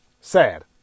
sad